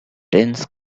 dense